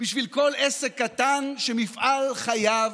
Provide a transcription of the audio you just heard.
בשביל כל בעל עסק קטן שמפעל חייו